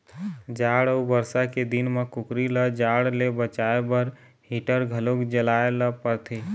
जाड़ अउ बरसा के दिन म कुकरी ल जाड़ ले बचाए बर हीटर घलो जलाए ल परथे